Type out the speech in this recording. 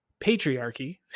patriarchy